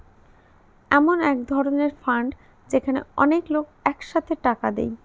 এমন এক ধরনের ফান্ড যেখানে অনেক লোক এক সাথে টাকা দেয়